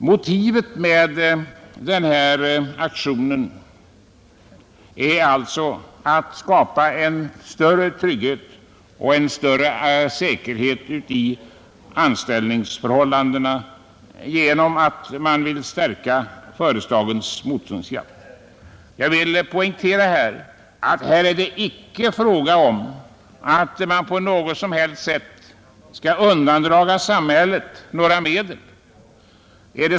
Syftet med denna aktion är alltså att skapa större trygghet och större säkerhet i anställningsförhållandena genom att stärka företagens motståndskraft. Jag vill poängtera att det icke är fråga om att undandra samhället några medel.